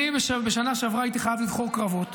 בשנה שעברה הייתי חייב לבחור קרבות,